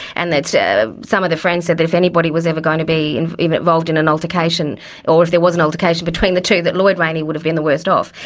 and that so ah some of the friends said that if anybody was ever going to be and involved in an altercation or if there was an altercation between the two that lloyd rayney would've been the worst off.